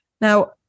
Now